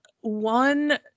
one